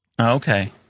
okay